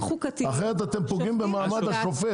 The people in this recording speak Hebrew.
אתם פוגעים במעמד השופט.